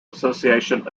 association